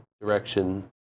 direction